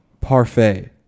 parfait